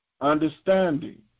understanding